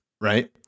right